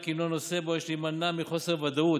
הינו נושא שבו יש להימנע מחוסר ודאות,